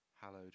hallowed